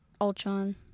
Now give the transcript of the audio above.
Ultron